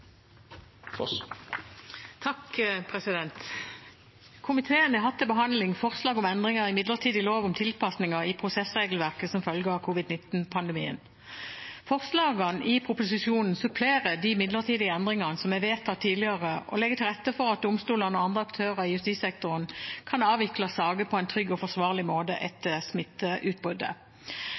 Komiteen har hatt til behandling forslag om endringer i midlertidig lov om tilpasninger i prosessregelverket som følge av covid-19-pandemien. Forslagene i proposisjonen supplerer de midlertidige endringene som er vedtatt tidligere, og legger til rette for at domstolene og andre aktører i justissektoren kan avvikle saker på en trygg og forsvarlig måte etter